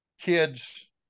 kids